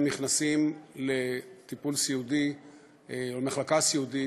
נכנסים לטיפול סיעודי או למחלקה סיעודית,